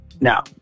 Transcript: Now